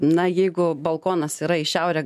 na jeigu balkonas yra į šiaurę